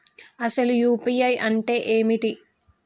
అసలు యూ.పీ.ఐ అంటే ఏమిటి?